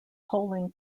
polling